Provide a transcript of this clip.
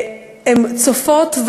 הן צופות,